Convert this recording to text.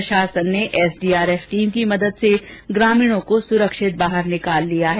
प्रशासन ने SDRF team की मदद से ग्रामीणों को सुरक्षित बाहर निकाल लिया है